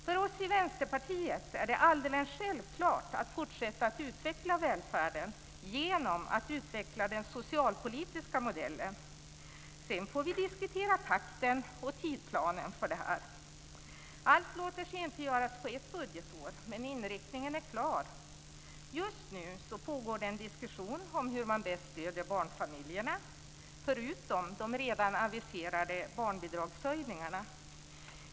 För oss i Vänsterpartiet är det alldeles självklart att fortsätta att utveckla välfärden genom att utveckla den socialpolitiska modellen. Sedan får vi diskutera takten och tidsplanen för detta. Allt låter sig inte göras på ett budgetår, men inriktningen är klar. Just nu pågår det en diskussion om hur man bäst stöder barnfamiljerna, förutom genom de redan aviserade barnbidragshöjningarna.